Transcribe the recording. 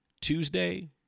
Tuesday